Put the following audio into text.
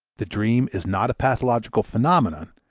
the dream is not a pathological phenomenon,